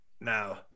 Now